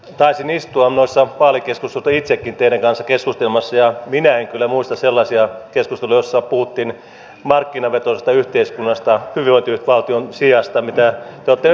taisin istua noissa vaalikeskusteluissa itsekin teidän kanssanne keskustelemassa ja minä en kyllä muista sellaisia keskusteluja joissa puhuttiin hyvinvointivaltion sijasta markkinavetoisesta yhteiskunnasta mitä te olette nyt rakentamassa tällä omalla toiminnallanne